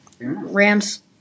Rams